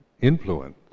influence